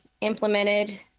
implemented